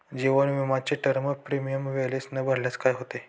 जीवन विमाचे term premium वेळेवर न भरल्यास काय होते?